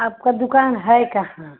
आपका दुकान है कहाँ